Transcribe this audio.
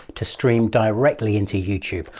to stream directly into youtube.